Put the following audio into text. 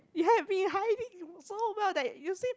you've been hiding so well that you seem